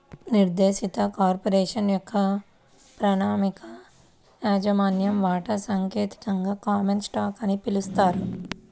నిర్దేశిత కార్పొరేషన్ యొక్క ప్రామాణిక యాజమాన్య వాటా సాంకేతికంగా కామన్ స్టాక్ అని పిలుస్తారు